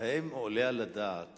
האם עולה על הדעת